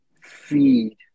feed